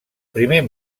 primer